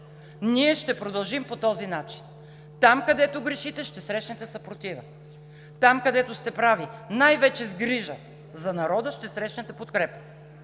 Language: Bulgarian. Ние ще продължим по този начин – там, където грешите, ще срещнете съпротива; там, където сте прави, най-вече с грижа за народа, ще срещнете подкрепа.